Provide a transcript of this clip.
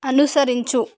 అనుసరించు